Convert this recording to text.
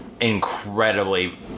incredibly